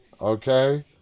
Okay